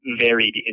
varied